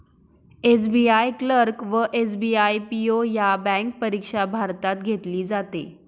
SBI clerk व SBI PO ह्या bank परीक्षा भारतात घेतली जाते